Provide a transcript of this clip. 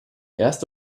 erste